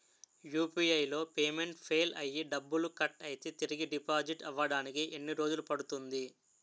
UPI లో payment fail అయ్యి డబ్బులు కట్ అయితే తిరిగి డిపాజిట్ అవ్వడానికి ఎన్ని రోజులు పడుతుంది?